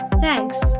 Thanks